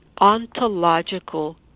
ontological